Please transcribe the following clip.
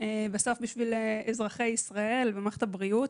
בשביל אזרחי ישראל ומערכת הבריאות.